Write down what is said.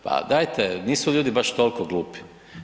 Pa dajte nisu ljudi baš toliko glupi.